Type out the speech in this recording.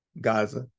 gaza